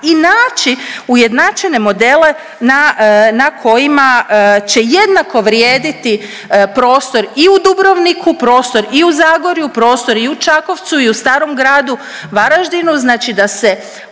naći ujednačene modele na, na kojima će jednako vrijediti prostor i u Dubrovniku, prostor i u Zagorju, prostor i u Čakovcu i u starom gradu Varaždinu. Znači da se